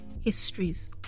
histories